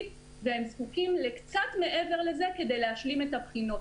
והם זקוקים לקצת מעבר לזה כדי להשלים את הבחינות.